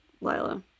Lila